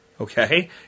Okay